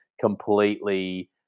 completely